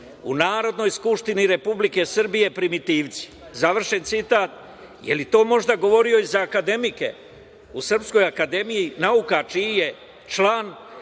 u Narodnoj skupštini Republike Srbije primitivci, završen citat. Je li to možda govorio i za akademike u Srpskoj akademiji nauka čiji je član?